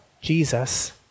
Jesus